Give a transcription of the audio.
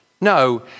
No